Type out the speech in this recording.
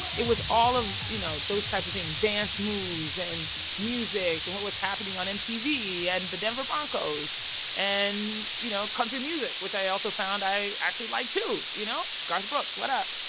it was all of, you know, those types of things dance moves, and music and what was happening on mtv and the denver broncos and, you know, country music, which i also found i actually liked, too, you know? garth brooks, what up?